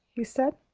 he said.